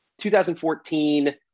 2014